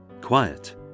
quiet